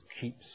keeps